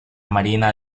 marina